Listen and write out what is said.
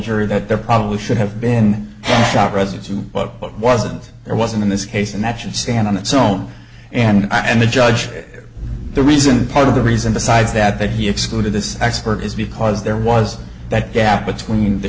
jury that there probably should have been shot residue but what wasn't or wasn't in this case and that should stand on its own and i and the judge the reason part of the reason besides that that he excluded this expert is because there was that gap between the